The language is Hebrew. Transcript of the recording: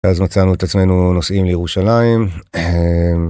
אז מצאנו את עצמנו נוסעים לירושלים.